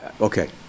Okay